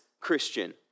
Christian